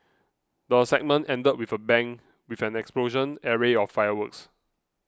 the segment ended with a bang with an explosive array of fireworks